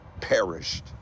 perished